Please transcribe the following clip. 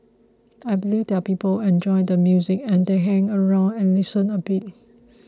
I believe there are people enjoy the music and they hang around and listen a bit